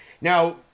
now